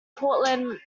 portland